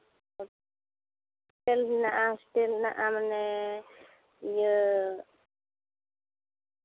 hotel ᱢᱮᱱᱟᱜᱼᱟ hostel ᱢᱮᱱᱟᱜᱼᱟ ᱢᱟᱱᱮ ᱤᱭᱟᱹ